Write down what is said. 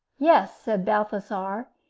yes, said balthasar,